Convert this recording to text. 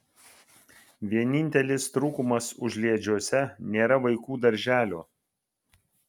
vienintelis trūkumas užliedžiuose nėra vaikų darželio